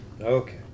Okay